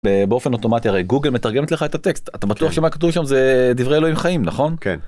באופן אוטומטי הרי גוגל מתרגמת לך את הטקסט אתה בטוח שמה כתוב שם זה דברי אלוהים חיים נכון כן.